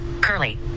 curly